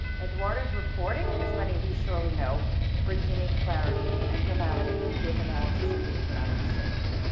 eduardo's reporting as many of you surely know brings unique clarity and humanity to his analysis of the economic scene.